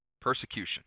persecution